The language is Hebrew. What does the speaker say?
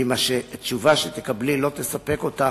ואם התשובה שתקבלי לא תספק אותך,